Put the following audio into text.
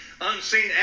unseen